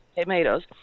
tomatoes